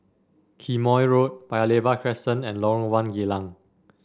Quemoy Road Paya Lebar Crescent and Lorong One Geylang